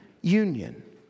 union